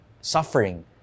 suffering